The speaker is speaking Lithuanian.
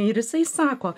ir jisai sako